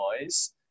noise